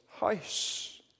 house